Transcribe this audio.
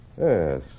Yes